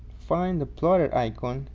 find the plotter icon